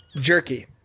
Jerky